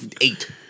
eight